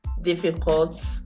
difficult